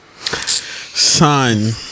Son